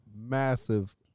massive